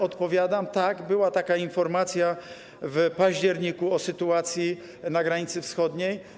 Odpowiadam: tak, była taka informacja w październiku o sytuacji na granicy wschodniej.